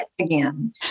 again